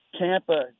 Tampa